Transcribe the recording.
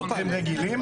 שוטרים רגילים?